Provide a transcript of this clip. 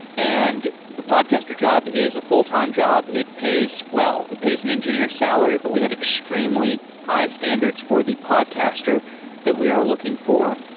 and the podcaster job is a fulltime job. it pays well. it pays an engineer salary, but we have extremely high standards for the podcaster that we are looking for.